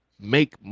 make